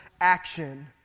action